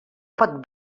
pot